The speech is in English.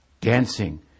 dancing